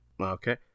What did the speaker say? Okay